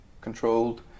controlled